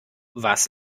was